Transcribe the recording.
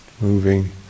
moving